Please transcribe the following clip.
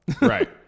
Right